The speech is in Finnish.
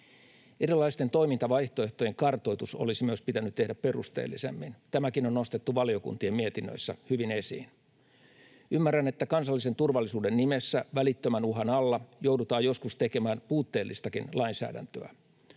Erilaisten toimintavaihtoehtojen kartoitus olisi myös pitänyt tehdä perusteellisemmin. Tämäkin on nostettu valiokuntien mietinnöissä hyvin esiin. Ymmärrän, että kansallisen turvallisuuden nimessä välittömän uhan alla joudutaan joskus tekemään puutteellistakin lainsäädäntöä.